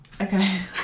Okay